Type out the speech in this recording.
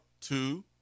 Two